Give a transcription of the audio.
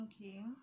Okay